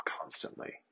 constantly